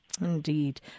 Indeed